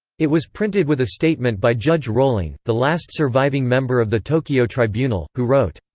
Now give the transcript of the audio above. it was printed with a statement by judge roling, the last surviving member of the tokyo tribunal, who wrote,